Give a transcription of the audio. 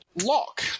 Lock